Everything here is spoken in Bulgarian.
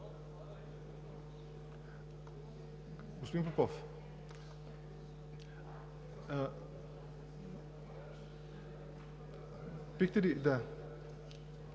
благодаря